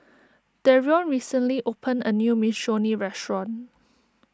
Darion recently opened a new Minestrone restaurant